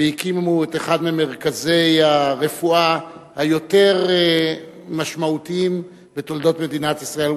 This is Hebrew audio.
והקימו את אחד ממרכזי הרפואה היותר משמעותיים בתולדות מדינת ישראל.